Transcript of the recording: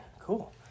cool